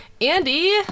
Andy